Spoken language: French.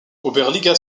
oberliga